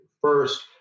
First